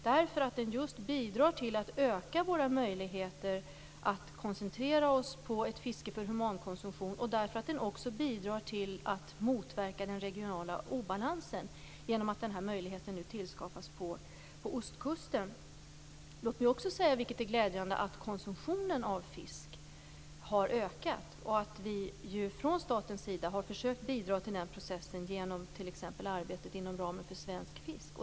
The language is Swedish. Den bidrar till att öka våra möjligheter att koncentrera oss på ett fiske för humankonsumtion. Den regionala obalansen motverkas genom att denna möjlighet nu tillskapas på ostkusten. Låt mig också säga att konsumtionen av fisk har ökat, vilket är glädjande. Vi har från statens sida försökt bidra till den processen genom t.ex. arbetet inom ramen för Svensk fisk.